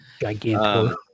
gigantic